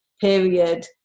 period